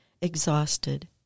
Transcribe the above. exhausted